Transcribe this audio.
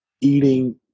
Eating